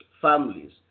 families